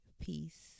Peace